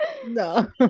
no